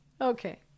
Okay